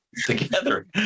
together